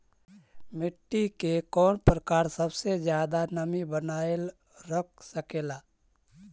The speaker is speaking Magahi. मिट्टी के कौन प्रकार सबसे जादा नमी बनाएल रख सकेला?